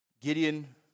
Gideon